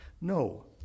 No